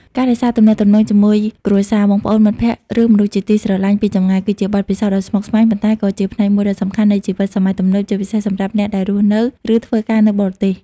ការរក្សាទំនាក់ទំនងជាមួយគ្រួសារ បងប្អូន មិត្តភក្តិ ឬមនុស្សជាទីស្រឡាញ់ពីចម្ងាយ គឺជាបទពិសោធន៍ដ៏ស្មុគស្មាញ ប៉ុន្តែក៏ជាផ្នែកមួយដ៏សំខាន់នៃជីវិតសម័យទំនើប ជាពិសេសសម្រាប់អ្នកដែលរស់នៅ ឬធ្វើការនៅបរទេស។